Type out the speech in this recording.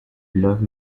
love